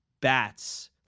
bats